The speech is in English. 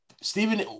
Stephen